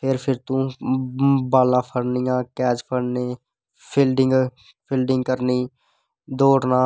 फिर तूं बाल्लां फड़नियां कैच फड़ने फील्डिंग करनी दौड़ना